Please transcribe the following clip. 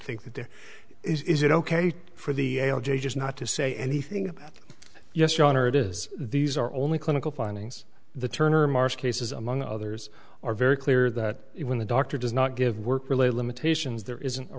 that there is it ok for the l j just not to say anything about yes your honor it is these are only clinical findings the turner marsh cases among others are very clear that when the doctor does not give work related limitations there isn't a